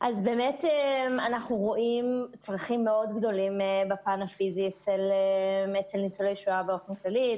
אנחנו רואים צרכים גדולים מאוד בפן הפיזי אצל ניצולי שואה באופן כללי,